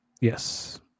Yes